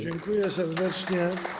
Dziękuję serdecznie.